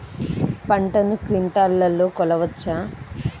పంటను క్వింటాల్లలో కొలవచ్చా?